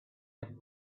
had